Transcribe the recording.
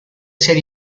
ser